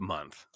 Month